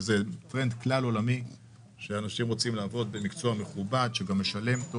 איזה טרנד כללי עולמי שאנשים רוצים לעבוד במקצוע מכובד שגם משלם טוב.